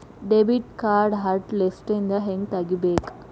debit ಕಾರ್ಡ್ನ hot ಲಿಸ್ಟ್ನಿಂದ ಹೆಂಗ ತೆಗಿಬೇಕ